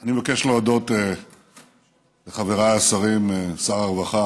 אני מבקש להודות לחבריי השרים, לשר הרווחה